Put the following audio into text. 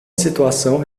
situação